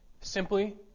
simply